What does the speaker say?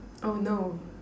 oh no